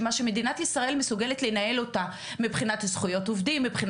כמו שאמרתי אנחנו לא מנהלים את הקרן היום,